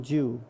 Jew